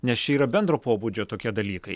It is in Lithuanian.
nes čia yra bendro pobūdžio tokie dalykai